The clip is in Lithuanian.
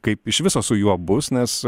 kaip iš viso su juo bus nes